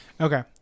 okay